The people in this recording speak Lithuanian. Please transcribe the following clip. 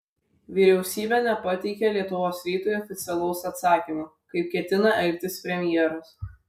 vyriausybė nepateikė lietuvos rytui oficialaus atsakymo kaip ketina elgtis premjeras